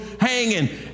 hanging